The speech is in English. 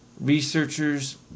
Researchers